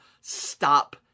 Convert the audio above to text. stop